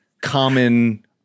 common